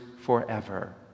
forever